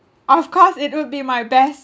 of course it would be my best